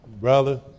Brother